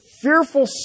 fearful